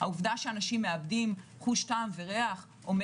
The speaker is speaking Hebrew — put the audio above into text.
העובדה שאנשים מאבדים חוש טעם וריח אומר